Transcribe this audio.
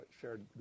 shared